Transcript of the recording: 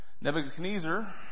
Nebuchadnezzar